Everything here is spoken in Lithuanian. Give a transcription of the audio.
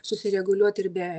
susireguliuoti ir be